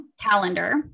calendar